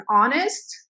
honest